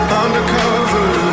undercover